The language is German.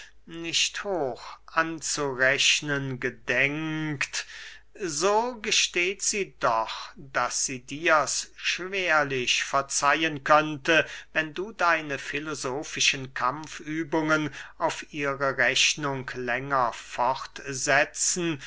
nicht hoch anzurechnen gedenkt so gesteht sie doch daß sie dirs schwerlich verzeihen könnte wenn du deine filosofischen kampfübungen auf ihre rechnung länger